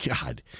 God